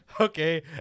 okay